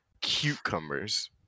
cucumbers